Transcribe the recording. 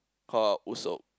called Usopp